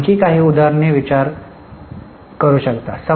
आपण आणखी काही उदाहरणे विचार करू शकता